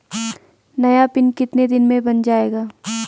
नया पिन कितने दिन में बन जायेगा?